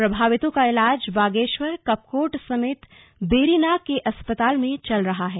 प्रभावितों का इलाज बागेश्वर कपकोट समेत बेरीनाग के अस्पताल में चल रहा है